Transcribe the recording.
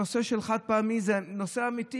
הנושא של חד-פעמי זה נושא אמיתי,